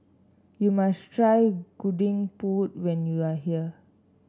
you must try Gudeg Putih when you are here